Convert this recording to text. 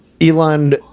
Elon